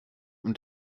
und